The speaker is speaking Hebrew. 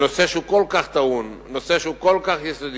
שנושא שהוא כל כך טעון, נושא שהוא כל כך יסודי,